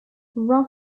vigorous